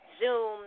Zoom